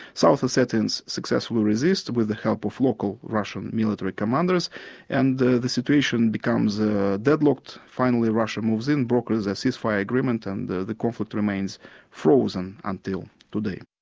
south ossetians successfully resist with the help of local russian military commanders and the the situation becomes ah deadlocked. finally russia moves in, brokers a cease-fire agreement and the the conflict remains frozen until today.